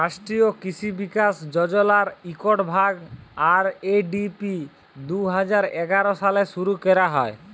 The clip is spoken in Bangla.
রাষ্ট্রীয় কিসি বিকাশ যজলার ইকট ভাগ, আর.এ.ডি.পি দু হাজার এগার সালে শুরু ক্যরা হ্যয়